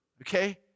okay